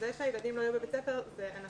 שתהיה עם נתונים און-ליין ומספרי תעודות זהות,